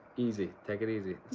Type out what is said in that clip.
easy. take it easy.